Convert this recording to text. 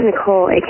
Nicole